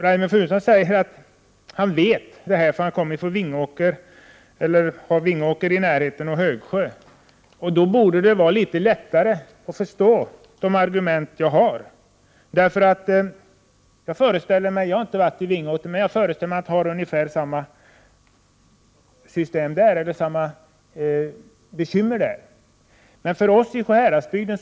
Reynoldh Furustrand säger att han vet hur det är, för han har Vingåker och Högsjö i närheten. Men då borde det vara lättare att förstå mina argument. Jag har inte varit i Vingåker, men jag föreställer mig att man där har ungefär samma bekymmer som vi har i Sjuhäradsbygden.